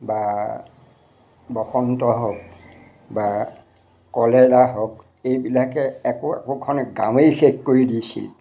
বা বসন্ত হওক বা কলেৰা হওক এইবিলাকে একো একোখন গাঁৱেই শেষ কৰি দিছিল